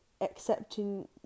accepting